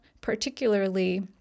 particularly